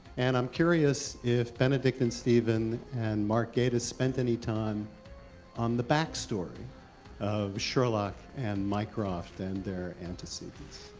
and i'm curious if benedict and steven and mark gatiss spent any time on the backstory of sherlock and mycroft and their antecedents.